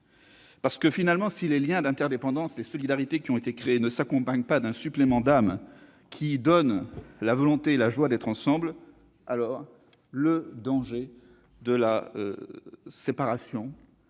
le faire ! Si les liens d'interdépendance et les solidarités qui ont été créés ne s'accompagnent pas d'un supplément d'âme qui donne la volonté et la joie d'être ensemble, le danger de la séparation